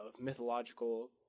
mythological